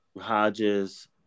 Hodges